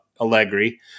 Allegri